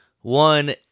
one